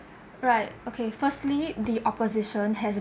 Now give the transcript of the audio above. alright okay firstly the opposition has